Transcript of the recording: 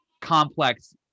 complex